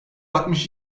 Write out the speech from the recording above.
altmış